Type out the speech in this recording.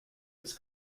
his